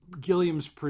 Gilliam's